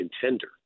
contender